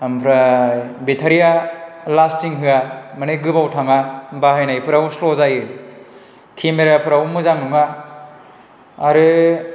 ओमफ्राय बेटारिया लास्टिं होआ माने गोबाव थाङा बाहायनायफ्राव स्ल' जायो केमेराफ्रावबो मोजां नङा आरो